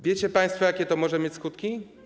Wiecie państwo, jakie to może mieć skutki?